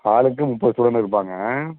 ஹாலுக்கு முப்பது ஸ்டூடண்ட் இருப்பாங்கள்